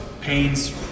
pains